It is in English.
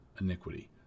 iniquity